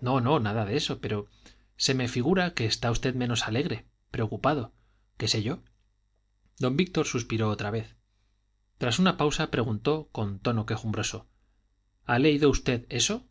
no no nada de eso pero se me figura que está usted menos alegre preocupado qué sé yo don víctor suspiró otra vez tras una pausa preguntó con tono quejumbroso ha leído usted eso